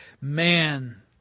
man